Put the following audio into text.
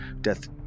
death